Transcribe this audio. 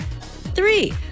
Three